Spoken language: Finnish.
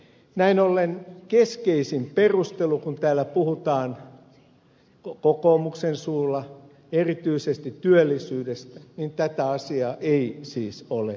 näin ollen keskeisintä perustelua kun täällä puhutaan kokoomuksen suulla erityisesti työllisyydestä ei siis ole esitetty